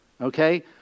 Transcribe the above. okay